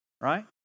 Right